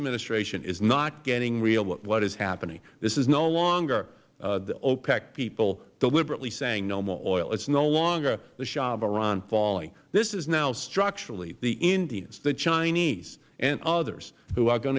administration is not getting real with what is happening this is no longer the opec people deliberately saying no more oil it is no longer the shah of iran falling this is now structurally the indians and the chinese and others who are going